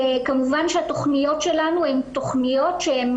כמובן שהתוכניות שלנו הן תכוניות שהן